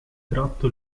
tratto